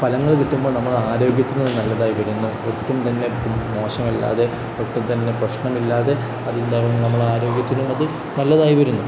ഫലങ്ങൾ കിട്ടുമ്പോൾ നമ്മൾ ആരോഗ്യത്തിന് നല്ലതായി വരുന്നു ഒട്ടും തന്നെ മോശമില്ലാതെ ഒട്ടും തന്നെ പ്രശ്നമില്ലാതെ അത് എന്താവുന്നു നമ്മളെ ആരോഗ്യത്തിനത് നല്ലതായി വരുന്നു